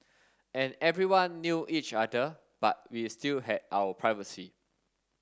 and everyone knew each other but we still had our privacy